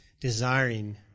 desiring